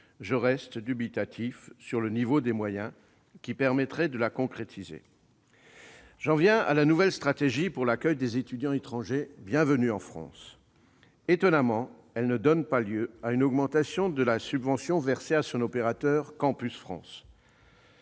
je reste dubitatif sur le niveau des moyens qui permettraient de la concrétiser. J'en viens à la nouvelle stratégie pour l'accueil des étudiants étrangers : Bienvenue en France. Étonnamment, elle ne donne pas lieu à une augmentation de la subvention versée à son opérateur, Campus France.